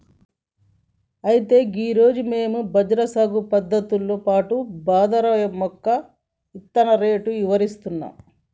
అయితే గీ రోజు మేము బజ్రా సాగు పద్ధతులతో పాటు బాదరా యొక్క ఇత్తన రేటు ఇవరిస్తాము